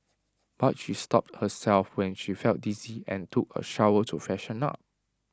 but she stopped herself when she felt dizzy and took A shower to freshen up